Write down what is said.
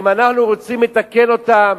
אם אנחנו רוצים לתקן אותם,